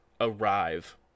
arrive